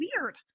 weird